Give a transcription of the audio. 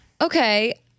okay